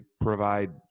provide